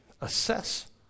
assess